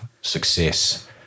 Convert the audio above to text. success